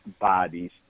bodies